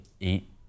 eight